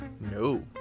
No